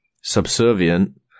subservient